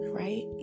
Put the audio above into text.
right